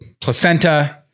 placenta